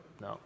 no